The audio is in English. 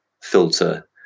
filter